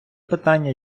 питання